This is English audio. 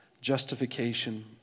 justification